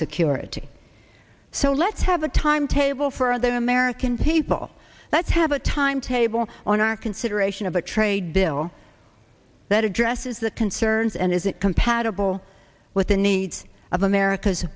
security so let's have a timetable for the american people let's have a timetable on our consideration of a trade bill that addresses the concerns and is it compatible with the needs of america